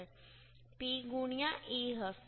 P ગુણ્યાં e હશે